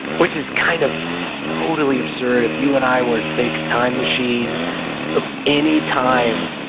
which is kind of totally absurd if you and i were to take a time machine of anytime,